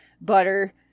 butter